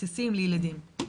בסייסים לילדים.